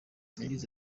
yagize